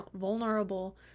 vulnerable